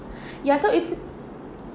ya so it's